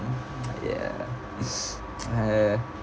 ya uh